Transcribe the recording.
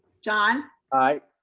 john. i.